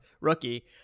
rookie